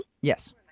Yes